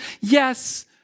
Yes